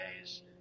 days